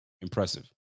Impressive